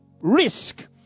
risk